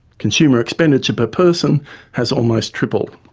consumer expenditure per person has almost tripled.